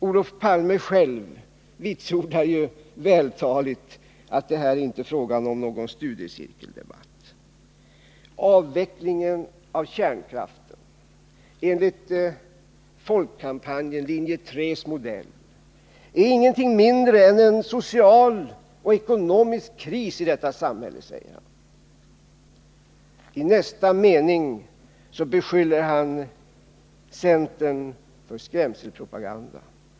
Olof Palme själv vitsordar ju vältaligt att det här inte är fråga om någon studiecirkeldebatt. Avvecklingen av kärnkraften enligt linje 3:s modell är ingenting mindre än en social och ekonomisk kris i detta samhälle, säger Olof Palme. I nästa mening beskyller han centern för skrämselpropaganda.